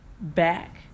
back